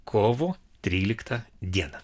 kovo tryliktą dieną